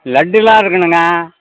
லட்டுல்லாம் இருக்கணுண்ணா